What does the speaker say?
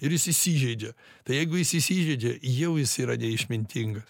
ir jis įsižeidžia tai jeigu jis įsižeidžia jau jis yra neišmintingas